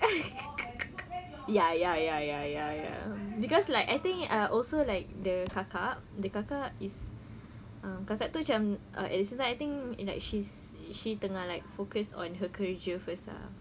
ya ya ya ya ya ya cause like I think ah also like the kakak the kakak is ah kakak tu macam at the same time I think like she's she tengah like focus on her kerja first ah